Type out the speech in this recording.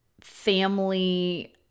family